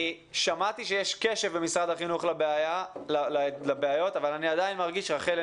שמעתי שיש קשב במשרד החינוך לבעיות אבל אני עדיין מרגיש רחל,